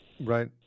Right